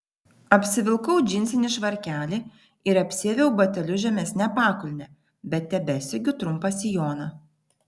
apsivilkau džinsinį švarkelį ir apsiaviau batelius žemesne pakulne bet tebesegiu trumpą sijoną